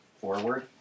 forward